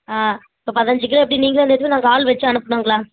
ஆ இப்போ பதினஞ்சு கிலோ எப்படி நீங்களே வந்து எடுத்துக்கிறீங்களா நாங்கள் ஆள் வச்சு அனுப்பனுங்களா